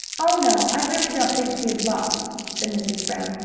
oh, no, i really don't think she is lost, said mrs. brown.